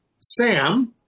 Sam